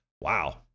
Wow